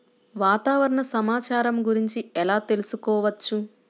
వాతావరణ సమాచారము గురించి ఎలా తెలుకుసుకోవచ్చు?